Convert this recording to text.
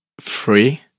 free